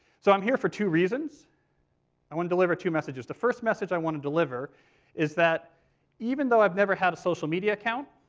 so i'm here for two reasons i want to deliver two messages. the first message i want to deliver is that even though i've never had a social media account,